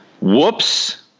Whoops